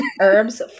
Herbs